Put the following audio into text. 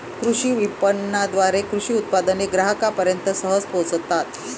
कृषी विपणनाद्वारे कृषी उत्पादने ग्राहकांपर्यंत सहज पोहोचतात